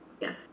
yes